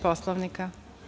Poslovnika?